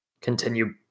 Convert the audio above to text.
continue